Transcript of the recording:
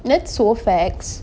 that's so facts